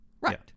Right